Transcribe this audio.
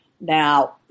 Now